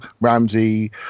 Ramsey